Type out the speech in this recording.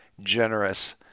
generous